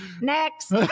Next